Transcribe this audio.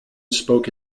spoke